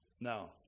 Now